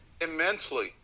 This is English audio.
immensely